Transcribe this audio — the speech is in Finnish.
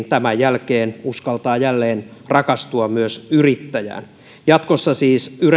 tämän jälkeen uskaltaa jälleen rakastua myös yrittäjään jatkossa siis